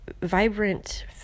vibrant